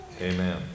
amen